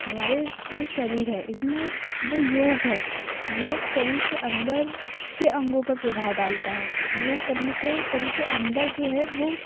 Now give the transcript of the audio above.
हमारे जो शरीर है इसमें जो योग है योग शरीर के अंदर के अंगों पर प्रभाव डालता है योग करने से शरीर के अंदर जो है वो